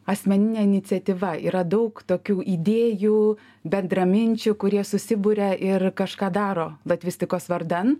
asmenine iniciatyva yra daug tokių idėjų bendraminčių kurie susiburia ir kažką daro latvistikos vardan